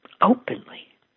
openly